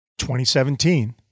2017